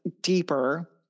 deeper